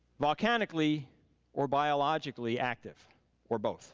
volcanically or biologically active or both